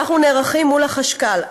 אנחנו נערכים מול החשכ"ל,